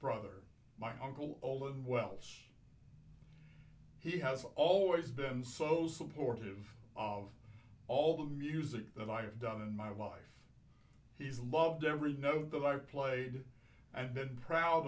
brother my uncle all of welsh he has always been so supportive of all the music that i've done in my life he's loved every note that i've played and been proud